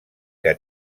que